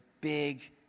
big